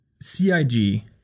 CIG